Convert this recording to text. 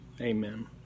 amen